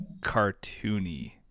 cartoony